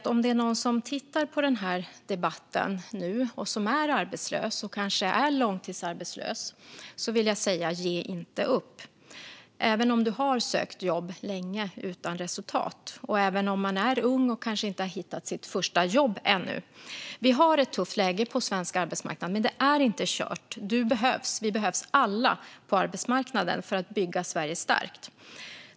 Om det är någon som tittar på den här debatten nu och som är arbetslös - kanske långtidsarbetslös - vill jag passa på att säga: Ge inte upp, även om du har sökt jobb länge utan resultat! Det gäller också den som är ung och kanske inte har hittat sitt första jobb ännu. Vi har ett tufft läge på svensk arbetsmarknad, men det är inte kört. Du behövs! Vi behövs alla på arbetsmarknaden för att bygga Sverige starkt.